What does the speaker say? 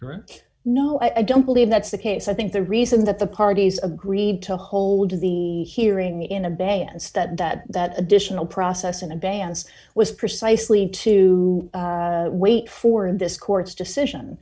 the no i don't believe that's the case i think the reason that the parties agreed to hold the hearing in a bay as that that that additional process in advance was precisely to wait for in this court's decision